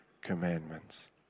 commandments